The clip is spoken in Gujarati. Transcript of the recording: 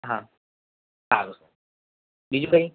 હા સારું બીજું કઈ